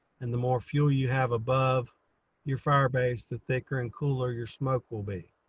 and the more fuel you have above your firebase, the thicker and cooler your smoke will be.